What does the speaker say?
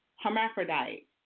hermaphrodite